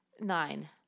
Nine